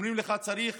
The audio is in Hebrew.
ואומרים לך: צריך